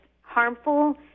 harmful